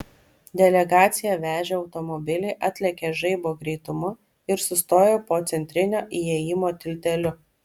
delegaciją vežę automobiliai atlėkė žaibo greitumu ir sustojo po centrinio įėjimo tilteliu